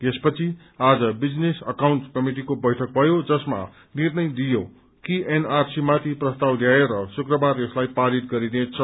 यसपछि आज business account कमिटिको बैठक भयो जसमा निर्णय लिइयो कि अनएरसी माथि प्रस्ताव ल्याएर शुक्ककार यसलाई पारित गरिनेछ